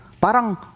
Parang